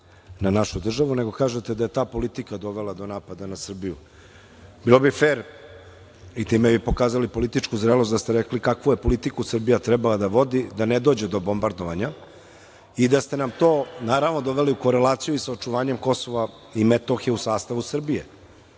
na našu državu, nego kažete da je ta politika dovela do napada na Srbiju. Bilo bi fer i time bi pokazali političku zrelost da ste rekli kakvu je politiku Srbija trebalo da vodi, da ne dođe do bombardovanja i da ste nam to doveli u korelaciju sa očuvanjem KiM u sastavu Srbije